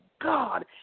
God